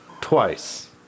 twice